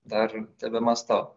dar tebemąstau